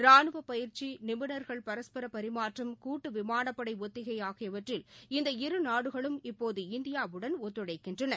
ராணுவ பயிற்சி நிபுணர்கள் பரஸ்பர பரிமாற்றம் கூட்டு விமானப்படை ஒத்திகை ஆகியவற்றில் இந்த இரு நாடுகளும் இப்போது இந்தியாவுடன் ஒத்துழைக்கின்றன